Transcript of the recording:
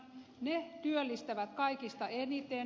ne työllistävät kaikista eniten